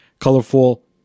colorful